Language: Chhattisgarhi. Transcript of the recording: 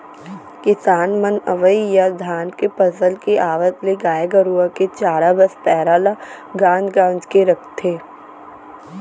किसान मन अवइ या धान के फसल के आवत ले गाय गरूवा के चारा बस पैरा ल गांज गांज के रखथें